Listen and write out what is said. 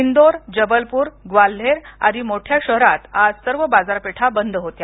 इंदोर जबलपूर ग्वाल्हेर आदि मोठ्या शहरात आज सर्व बाजारपेठा बंद होत्या